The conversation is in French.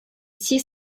six